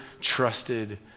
trusted